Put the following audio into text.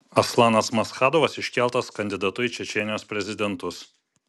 aslanas maschadovas iškeltas kandidatu į čečėnijos prezidentus